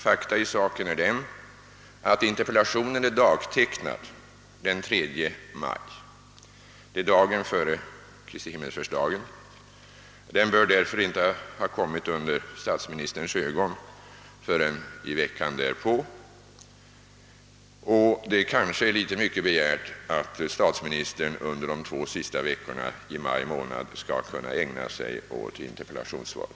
Fakta i målet är att interpellationen är dagtecknad den 3 maj, d.v.s. dagen före Kristi himmelsfärdsdag. Den bör därför inte ha kommit under statsministerns ögon förrän veckan därpå. Kanske är det litet mycket begärt att statsministern under de två sista veckorna i maj månad skall kunna ägna sig åt interpellationssvar.